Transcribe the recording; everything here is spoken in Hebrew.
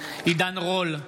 עידן רול,